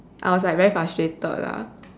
I was like very frustrated lah